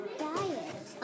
diet